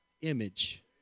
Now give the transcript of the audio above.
image